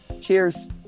cheers